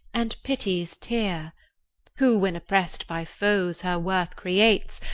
and pity's tear who, when oppress'd by foes her worth creates,